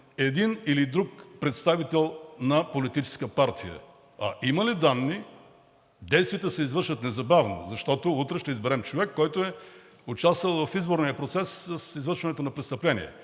един или друг представител на политическа партия. А има ли данни, действията се извършват незабавно, защото утре ще изберем човек, който е участвал в изборния процес с извършването на престъпление,